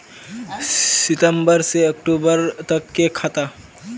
सितम्बर से अक्टूबर तक के खाता?